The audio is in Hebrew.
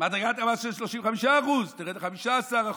מדרגת המס של 35% תרד ל-15%,